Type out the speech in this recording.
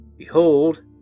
Behold